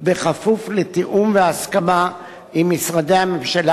כפוף לתיאום והסכמה עם משרדי הממשלה